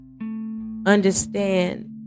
Understand